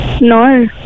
No